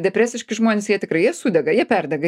depresiški žmonės jie tikrai jie sudega jie perdega